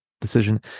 decision